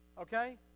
okay